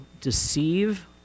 deceive